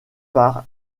par